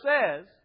says